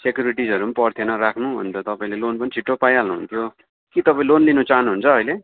सेकुरेटिसहरू पनि पर्ने थिएन राख्नु अन्त तपाईँले लोन पनि छिट्टो पाइहाल्नु हुन्थ्यो कि तपाईँ लोन लिनु चाहनुहुन्छ अहिले